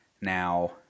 Now